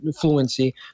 fluency